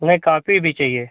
नहीं कापी भी चाहिए